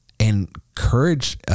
encourage